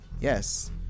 yes